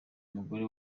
umugore